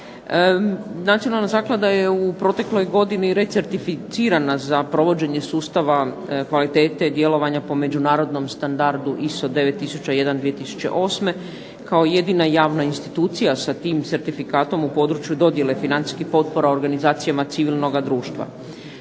Nacionalna zaklada je u protekloj godini recertificirana za provođenje sustava kvalitete djelovanja po međunarodnom standardu ISO-9001 2008. kao jedina javna institucija sa tim certifikatom u području dodjele financijskih potpora organizacijama civilnoga društva.